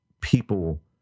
people